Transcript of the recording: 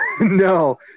No